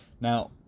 Now